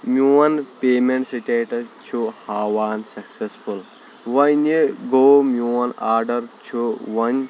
میٛون payment status چھُ ہاوان سَکسیٚسفُل وۄنۍ گوٚو میٛون آرڈر چھُ وۄنۍ